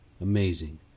Amazing